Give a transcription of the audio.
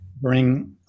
bring